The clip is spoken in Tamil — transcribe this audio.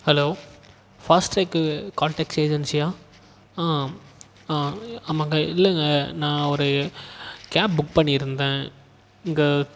hello fast track call taxi ஏஜென்ஸியா ஆமாங்க இல்லைங்க நான் ஒரு கேப் புக் பண்ணி இருந்தேன் இங்கே